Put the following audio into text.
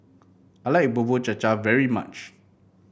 I like Bubur Cha Cha very much